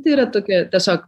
tai yra tokia tiesiog